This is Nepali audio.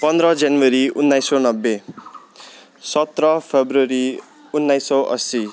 पन्ध्र जनवरी उन्नाइस सय नब्बे सत्र फरवरी उन्नाइस सय अस्सी